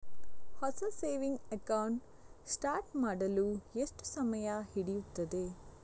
ಹೊಸ saving account start ಮಾಡಲು ಎಷ್ಟು ಸಮಯ ಹಿಡಿಯುತ್ತದೆ?